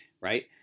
right